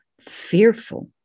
Fearful